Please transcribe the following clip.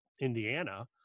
Indiana